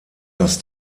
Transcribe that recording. dass